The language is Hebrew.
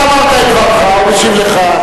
אתה אמרת את דברך, הוא משיב לך.